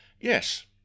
Yes